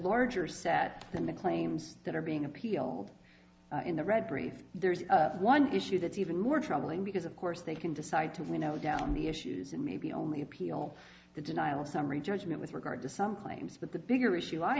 larger set than the claims that are being appealed in the red brief there's one issue that's even more troubling because of course they can decide to winnow down the issues and maybe only appeal the denial summary judgment with regard to some claims but the bigger issue i